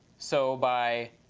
so by